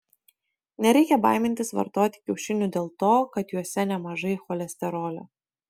nereikia baimintis vartoti kiaušinių dėl to kad juose nemažai cholesterolio